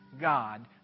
God